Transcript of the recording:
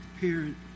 parent